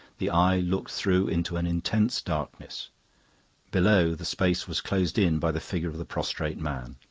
the eye looked through into an intense darkness below, the space was closed in by the figure of the prostrate man.